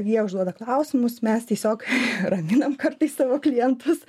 jie užduoda klausimus mes tiesiog raminam kartais savo klientus